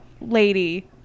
lady